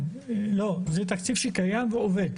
לא, זה תקציב שקיים ועובד.